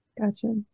Gotcha